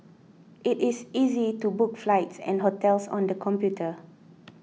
it is easy to book flights and hotels on the computer